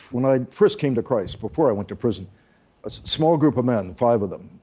when i first came to christ, before i went to prison, a small group of men, five of them,